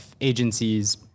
agencies